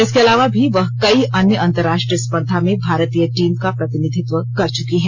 इसके अलावा भी वह कई अन्य अंतरराष्ट्रीय स्पर्धा में भारतीय टीम का प्रतिनिधित्व कर चुकी है